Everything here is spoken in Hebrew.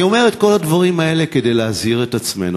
אני אומר את כל הדברים האלה כדי להזהיר את עצמנו,